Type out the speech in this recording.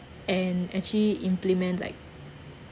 and actually implement like